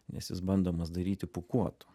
nes jis bandomas daryti pūkuotu